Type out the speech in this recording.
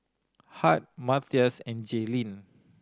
Hart Mathias and Jaelynn